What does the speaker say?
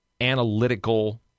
analytical